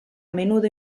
menudo